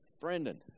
brendan